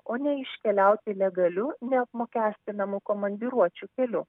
o ne iškeliauti legaliu neapmokestinamu komandiruočių keliu